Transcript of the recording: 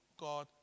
God